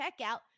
checkout